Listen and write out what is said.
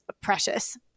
precious